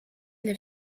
для